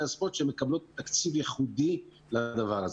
הספורט שמקבלות תקציב ייחודי לדבר הזה.